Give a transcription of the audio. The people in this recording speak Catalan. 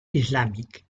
islàmic